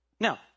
Now